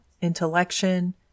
intellection